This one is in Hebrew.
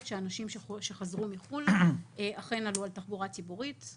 שאנשים שחזרו מחו"ל אכן עלו על תחבורה ציבורית.